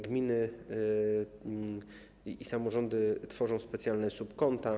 Gminy i samorządy tworzą specjalne subkonta.